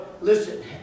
listen